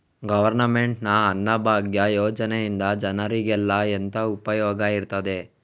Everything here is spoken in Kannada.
ಗವರ್ನಮೆಂಟ್ ನ ಅನ್ನಭಾಗ್ಯ ಯೋಜನೆಯಿಂದ ಜನರಿಗೆಲ್ಲ ಎಂತ ಉಪಯೋಗ ಇರ್ತದೆ?